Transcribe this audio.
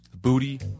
booty